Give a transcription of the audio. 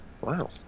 Wow